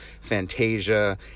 Fantasia